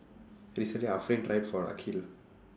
recently tried for akhil